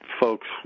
folks